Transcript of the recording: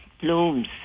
blooms